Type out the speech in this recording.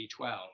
B12